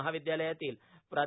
महाविद्यालयातील प्रा